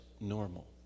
normal